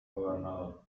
gobernador